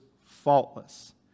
faultless